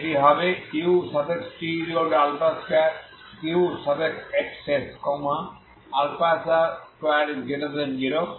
এটি হবে ut2uxx 20 x∈R